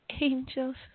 angels